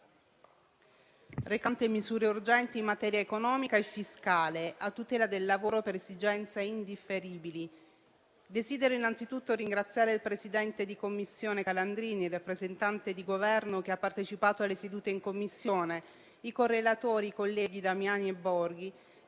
recante misure urgenti in materia economica e fiscale, in favore degli enti territoriali, a tutela del lavoro e per esigenze indifferibili. Desidero innanzitutto ringraziare il presidente di Commissione, senatore Calandrini, e il rappresentante di Governo che ha partecipato alle sedute in Commissione, i correlatori, i colleghi Damiani e Borghi,